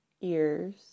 ears